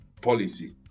policy